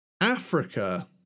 Africa